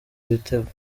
bitego